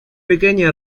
pequeña